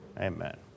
Amen